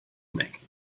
macon